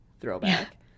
throwback